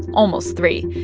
almost three.